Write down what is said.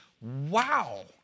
wow